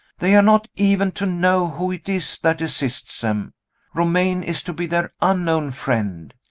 they are not even to know who it is that assists them romayne is to be their unknown friend.